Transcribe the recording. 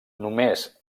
només